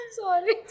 sorry